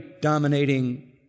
dominating